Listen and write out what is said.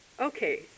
Okay